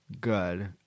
good